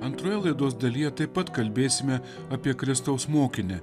antroje laidos dalyje taip pat kalbėsime apie kristaus mokinę